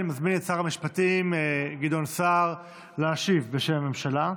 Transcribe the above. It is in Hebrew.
אני מזמין את שר המשפטים גדעון סער להשיב בשם הממשלה,